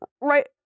right